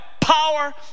power